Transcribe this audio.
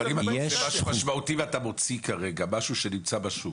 אבל אם אתה עושה משהו משמעותי ואתה מוציא כרגע משהו שנמצא בשוק,